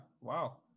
wow